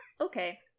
Okay